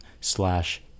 slash